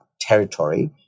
territory